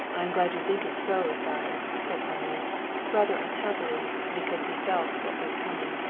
i am glad you think it so, sire, said henri rather unhappily, because he felt what was coming.